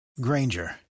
Granger